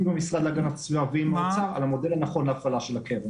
עם המשרד להגנת הסביבה ועם האוצר על המודל הנכון להפעלה של הקרן.